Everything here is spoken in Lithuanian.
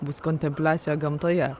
bus kontempliacija gamtoje